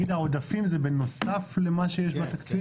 העודפים זה בנוסף למה שיש בתקציב?